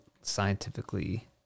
scientifically